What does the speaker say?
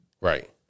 Right